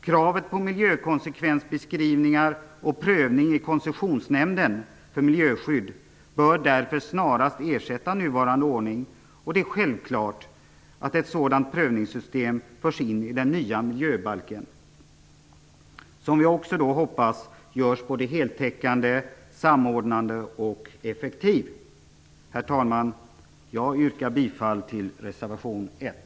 Kravet på miljökonsekvensbeskrivningar och prövning i Koncessionsnämnden för miljöskydd bör därför snarast ersätta nuvarande ordning. Det är självklart att ett sådant prövningssystem förs in i den nya miljöbalken, som vi också hoppas görs såväl heltäckande och samordnande som effektiv. Herr talman! Jag yrkar bifall till reservation 1.